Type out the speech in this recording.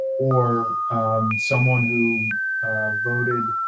or someone who voted